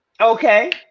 okay